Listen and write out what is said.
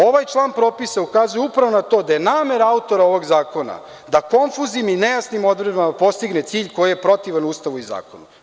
Ovaj član propisa ukazuje upravo na to da je namera autora ovog zakona da konfuznim i nejasnim odredbama postigne cilj koji je protivan Ustavu i zakonu.